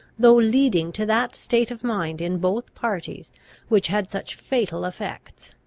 though leading to that state of mind in both parties which had such fatal effects.